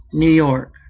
new-york.